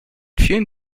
vielen